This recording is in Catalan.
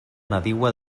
nadiua